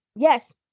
Yes